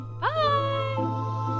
Bye